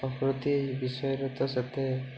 ପ୍ରତି ବିଷୟରେ ତ ସେତେ